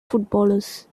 footballers